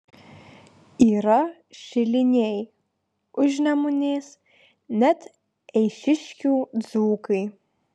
yra šiliniai užnemunės net eišiškių dzūkai